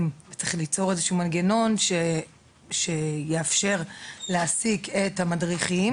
וצריך ליצור מנגנון שיאפשר להעסיק את המדריכים.